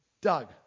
Doug